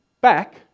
back